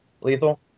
Lethal